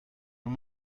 nun